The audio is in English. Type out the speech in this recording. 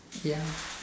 ya